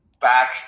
Back